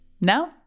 Now